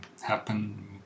happen